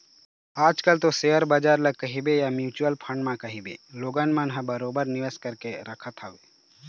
आज कल तो सेयर बजार ल कहिबे या म्युचुअल फंड म कहिबे लोगन मन ह बरोबर निवेश करके रखत हवय